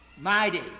mighty